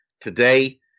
today